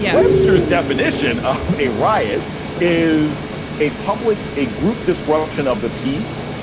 yeah webster's definition of a riot is a public a group disruption of the peace,